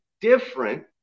different